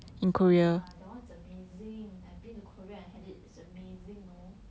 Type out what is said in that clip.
ya that one is amazing I've been to Korea and had it is amazing no